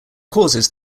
causes